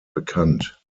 bekannt